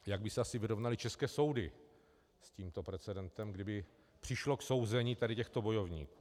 Jak by se asi vyrovnaly české soudy s tímto precedentem, kdyby přišlo k souzení těchto bojovníků?